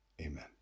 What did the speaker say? Amen